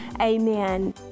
Amen